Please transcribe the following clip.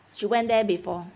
she went there before